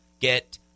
get